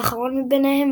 והאחרון מביניהם,